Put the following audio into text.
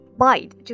bite